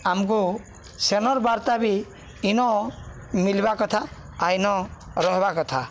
ଆମକୁ ସେନର୍ ବାର୍ତ୍ତା ବି ଇନ ମିଲିବା କଥା ଆଇନ ରହିବା କଥା